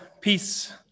peace